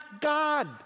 God